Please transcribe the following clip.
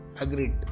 agreed